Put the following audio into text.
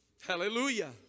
Hallelujah